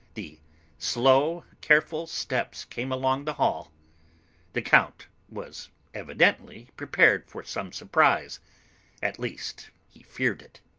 the slow careful steps came along the hall the count was evidently prepared for some surprise at least he feared it.